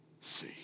see